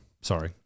Sorry